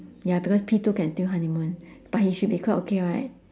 ya because P two can still honeymoon but he should be quite okay right